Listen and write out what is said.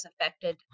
affected